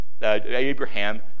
Abraham